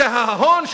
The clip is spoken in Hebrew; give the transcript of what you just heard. שההון,